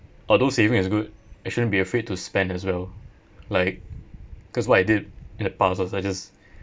although saving is good I shouldn't be afraid to spend as well like because what I did in the past was I just